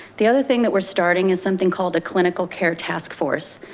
the other thing that we're starting is something called a clinical care task force.